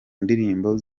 ndirimbo